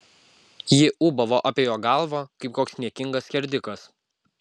ji ūbavo apie jo galvą kaip koks niekingas skerdikas